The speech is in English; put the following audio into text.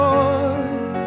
Lord